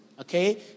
Okay